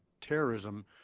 terrorism